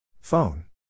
Phone